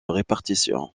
répartition